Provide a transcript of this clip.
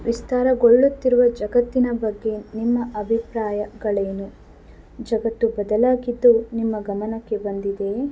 ವಿಸ್ತಾರಗೊಳ್ಳುತ್ತಿರುವ ಜಗತ್ತಿನ ಬಗ್ಗೆ ನಿಮ್ಮ ಅಭಿಪ್ರಾಯಗಳೇನು ಜಗತ್ತು ಬದಲಾಗಿದ್ದು ನಿಮ್ಮ ಗಮನಕ್ಕೆ ಬಂದಿದೆಯೇ